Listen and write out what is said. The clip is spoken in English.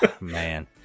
man